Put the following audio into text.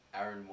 Aaron